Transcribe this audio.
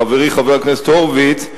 חברי חבר הכנסת הורוביץ,